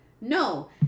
No